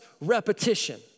repetition